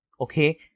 Okay